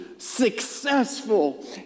successful